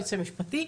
היועץ המשפטי,